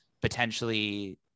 potentially